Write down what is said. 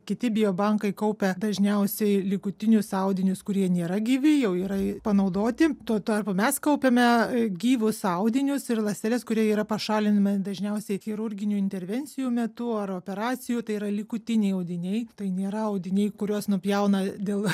kiti biobankai kaupia dažniausiai likutinius audinius kurie nėra gyvi jau yra panaudoti tuo tarpu mes kaupiame gyvus audinius ir ląsteles kurie yra pašalinami dažniausiai chirurginių intervencijų metu ar operacijų tai yra likutiniai audiniai tai nėra audiniai kuriuos nupjauna dėl